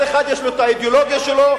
יש האידיאולוגיה שלו,